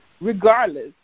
regardless